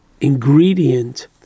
ingredient